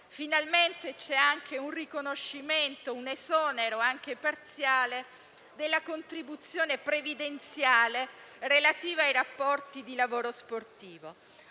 finalmente c'è anche il riconoscimento di un esonero anche parziale della contribuzione previdenziale relativa ai rapporti di lavoro sportivo.